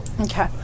Okay